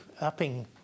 upping